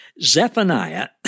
Zephaniah